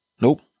Nope